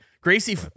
Gracie